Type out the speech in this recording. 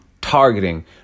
targeting